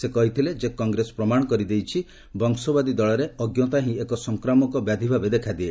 ସେ କହିଥିଲେ ଯେ କଂଗ୍ରେସ ପ୍ରମାଣ କରିଦେଇଛି ଯେ ବଂଶବାଦୀ ଦଳରେ ଅଜ୍ଞତା ହିଁ ଏକ ସଂକ୍ରାମକ ବ୍ୟାଧି ଭାବେ ଦେଖାଦିଏ